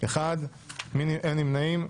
1. אין נמנעים.